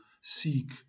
seek